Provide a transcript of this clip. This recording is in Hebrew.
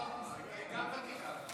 לא, היא גם ותיקה.